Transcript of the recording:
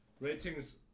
ratings